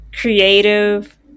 creative